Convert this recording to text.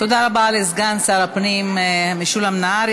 תודה רבה לסגן שר הפנים משולם נהרי.